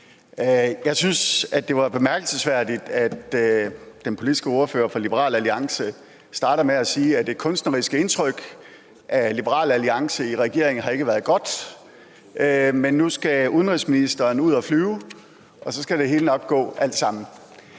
Jeg synes, det er bemærkelsesværdigt, at den politiske ordfører for Liberal Alliance starter med at sige, at det kunstneriske indtryk af Liberal Alliance i regering ikke har været godt, men nu skal udenrigsministeren ud at flyve, og så skal det hele nok gå alt sammen.